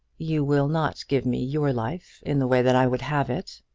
you will not give me your life in the way that i would have it.